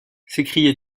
s’écria